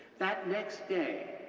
that next day,